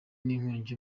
n’inkongi